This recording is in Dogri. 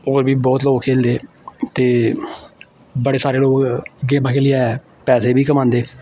होर बी बौह्त लोक खेलदे ते बड़े सारे लोक गेमां खेलियै पैसे बी कमांदे